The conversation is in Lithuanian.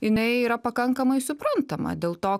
jinai yra pakankamai suprantama dėl to